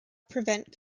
prevent